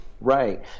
Right